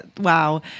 Wow